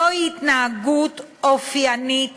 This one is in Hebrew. זוהי התנהגות אופיינית